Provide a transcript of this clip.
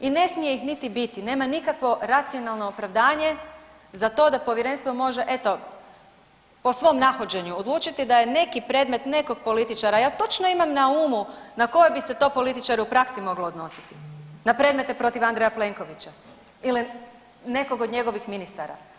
I ne smije ih niti biti nema nikakvo racionalno opravdanje za to da povjerenstvo može eto po svom nahođenju odlučiti da je neki predmet nekog političara, ja točno imam na umu na koje bi se to političare u praksi moglo odnositi, na predmete protiv Andreja Plenkovića ili nekog od njegovih ministara.